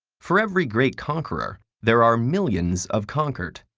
for every great conqueror, there are millions of conquered.